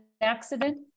accident